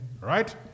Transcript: right